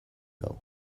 hau